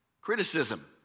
criticism